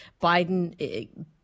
Biden